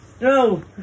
No